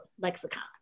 lexicon